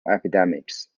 epidemics